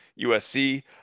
USC